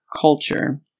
culture